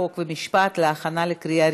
חוק ומשפט נתקבלה.